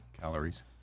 calories